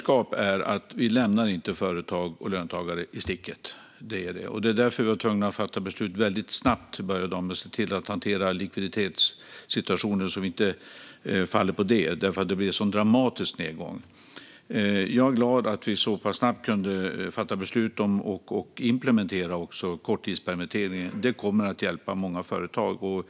talman! Vi lämnar inte företag och löntagare i sticket. Det är vårt budskap. Det var därför vi var tvungna att fatta beslut väldigt snabbt och börja dagen med att hantera likviditetssituationen så att vi inte faller på det därför att det blir en sådan dramatisk nedgång. Jag är glad att vi så pass snabbt kunde fatta beslut om och även implementera korttidspermitteringen. Det kommer att hjälpa många företag.